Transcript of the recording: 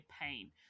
pain